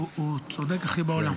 הוא הכי צודק בעולם.